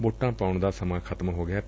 ਵੋਟਾਂ ਪਾਉਣ ਦਾ ਸਮਾਂ ਖ਼ਤਮ ਹੋ ਗਿਐ